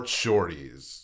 shorties